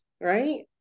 right